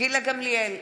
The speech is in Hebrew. גילה גמליאל,